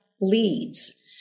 leads